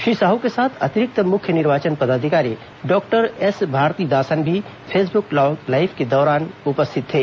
श्री साहू के साथ अतिरिक्त मुख्य निर्वाचन पदाधिकारी डॉक्टर एस भारतीदासन भी फेसबुक लाइव के दौरान उपस्थित थे